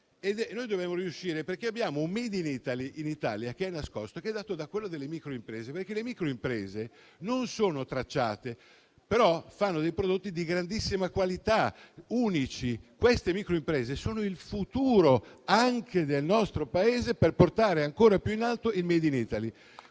Noi dobbiamo riuscire, perché abbiamo un *made in Italy* nascosto in Italia, quello delle micro-imprese. Le micro-imprese non sono tracciate, ma fanno dei prodotti di grandissima qualità e unici. Queste micro-imprese sono il futuro del nostro Paese, per portare ancora più in alto il *made in Italy*.